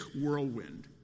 whirlwind